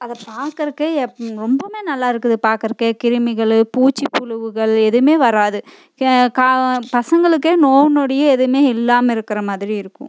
அதை பார்க்குறக்கே எப் ரொம்பவுமே நல்லாயிருக்குது பார்க்குறக்கே கிருமிகள் பூச்சி புழுகள் எதுவுமே வராது கா பசங்களுக்கே நோய் நொடியே எதுவுமே இல்லாமல் இருக்கிற மாதிரி இருக்கும்